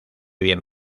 bien